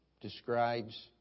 describes